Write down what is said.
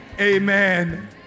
Amen